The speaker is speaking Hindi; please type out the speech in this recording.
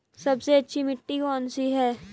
सबसे अच्छी मिट्टी कौन सी है?